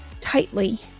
tightly